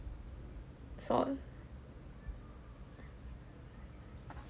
that's all